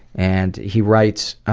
and he writes